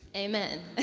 amen!